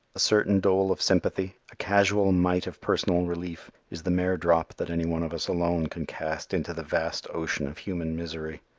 a certain dole of sympathy, a casual mite of personal relief is the mere drop that any one of us alone can cast into the vast ocean of human misery.